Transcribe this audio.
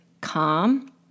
calm